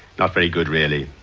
not very good really,